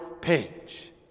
page